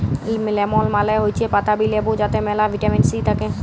lemon মালে হৈচ্যে পাতাবি লেবু যাতে মেলা ভিটামিন সি থাক্যে